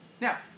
Now